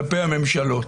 כלפי הממשלות,